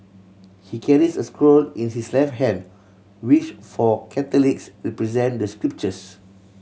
he carries a scroll in his left hand which for Catholics represent the scriptures